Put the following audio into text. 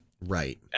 Right